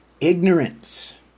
ignorance